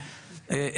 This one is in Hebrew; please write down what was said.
בידוקים,